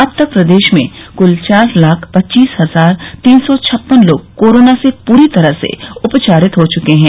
अब तक प्रदेश में क्ल चार लाख पच्चीस हजार तीन सौ छप्पन लोग कोरोना से पूरी तरह से उपचारित हो चुके हैं